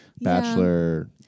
Bachelor